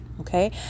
okay